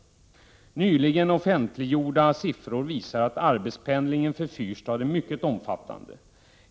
Nyligen offentliggjorda siffror visar att arbetspendlingen för Fyrstad är mycket omfattande.